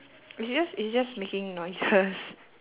it's just it's just making noises